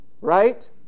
right